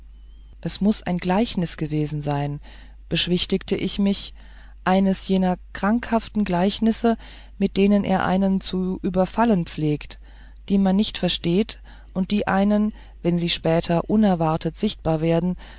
es muß ein gleichnis gewesen sein beschwichtigte ich mich eines jener krankhaften gleichnisse mit denen er einen zu überfallen pflegt die man nicht versteht und die einen wenn sie später unerwartet sichtbar werden